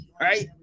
right